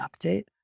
update